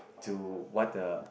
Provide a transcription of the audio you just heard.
to what the